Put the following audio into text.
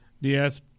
Yes